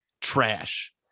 Trash